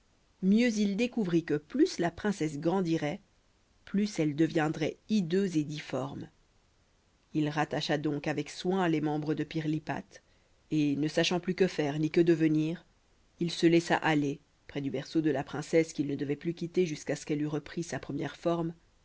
mieux il découvrit que plus la princesse grandirait plus elle deviendrait hideuse et difforme il rattacha donc avec soin les membres de pirlipate et ne sachant plus que faire ni que devenir il se laissa aller près du berceau de la princesse qu'il ne devait plus quitter jusqu'à ce qu'elle eût repris sa première forme